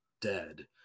dead